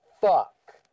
Fuck